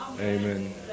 Amen